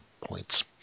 points